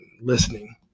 listening